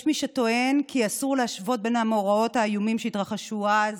יש מי שטוען כי אסור להשוות בין המאורעות האיומים שהתרחשו אז